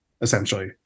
essentially